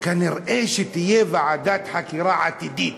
כנראה תהיה ועדת חקירה בעתיד,